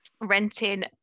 renting